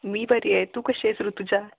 मी बरी आहे तू कशी आहेस रूतुजा